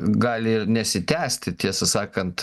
gali ir nesitęsti tiesą sakant